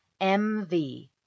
mv